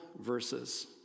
verses